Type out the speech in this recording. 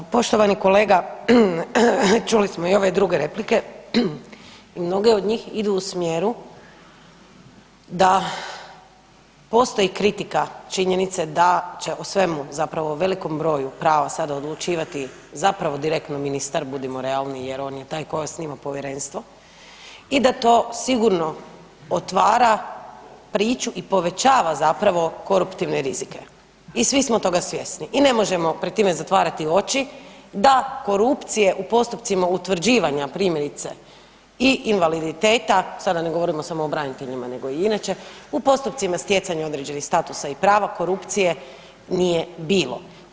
Poštovani kolega, čuli smo i ove druge replike, mnoge od njih idu u smjeru da postoji kritika činjenice da će o svemu zapravo velikom broju prava sada odlučivati zapravo direktno ministar, budimo realni jer on je taj koji osniva povjerenstvo i da to sigurno otvara priču i povećava zapravo koruptivne rizike i svi smo toga svjesni i ne možemo pred time zatvarati oči da korupcije u postupcima utvrđivanja primjerice i invaliditeta, sada ne govorimo samo o braniteljima nego i inače, u postupcima stjecanja određenih statusa i prava, korupcije nije bilo.